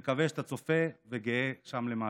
אני מקווה שאתה צופה וגאה שם למעלה.